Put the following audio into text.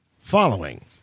following